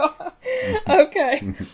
Okay